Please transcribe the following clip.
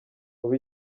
ubu